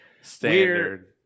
Standard